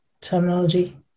terminology